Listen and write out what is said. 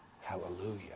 Hallelujah